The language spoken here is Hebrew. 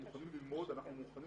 אנחנו מוכנים